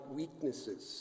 weaknesses